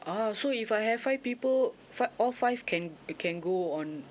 ah so if I have five people five all five can uh can go on